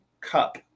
Cup